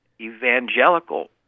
evangelical